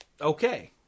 okay